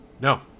No